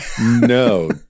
No